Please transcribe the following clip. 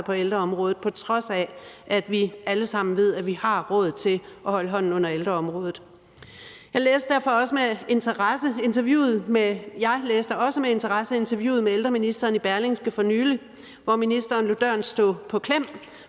på ældreområdet, på trods af at vi alle sammen ved, at vi har råd til helt at holde hånden under ældreområdet. Jeg læste også med interesse interviewet med ældreministeren i Berlingske for nylig, hvor ministeren lod døren stå på klem